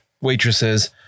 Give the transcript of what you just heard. waitresses